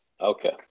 Okay